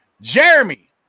Jeremy